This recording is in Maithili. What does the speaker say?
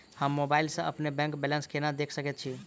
हम मोबाइल सा अपने बैंक बैलेंस केना देख सकैत छी?